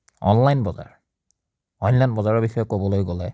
online বজাৰ online বজাৰৰ বিষয়ে ক'বলৈ গ'লে